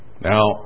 Now